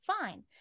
fine